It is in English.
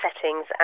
settings